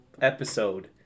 episode